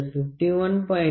182 51